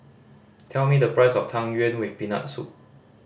tell me the price of Tang Yuen with Peanut Soup